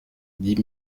dix